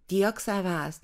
tiek savęs